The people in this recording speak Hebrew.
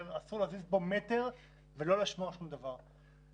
ואסור להזיז בו מטר ולא לשמוע שום דבר.